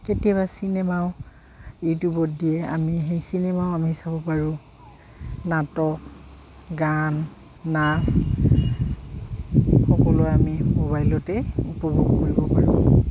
কেতিয়াবা চিনেমাও ইউটিউবত দিয়ে আমি সেই চিনেমাও আমি চাব পাৰোঁ নাটক গান নাচ সকলোৱে আমি মোবাইলতে উপভোগ কৰিব পাৰোঁ